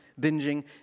binging